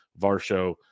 Varsho